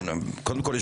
קודם כול,